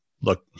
look